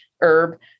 herb